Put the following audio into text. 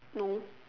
no